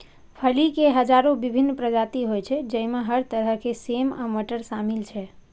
फली के हजारो विभिन्न प्रजाति होइ छै, जइमे हर तरह के सेम आ मटर शामिल छै